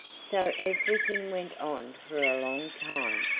so everything went on for a long time,